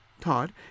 Todd